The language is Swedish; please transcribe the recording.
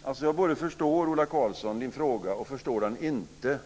Fru talman! Jag både förstår Ola Karlssons fråga och förstår den inte.